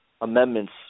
amendments